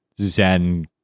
Zen